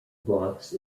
blocks